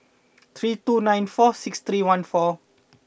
three two nine four six three one four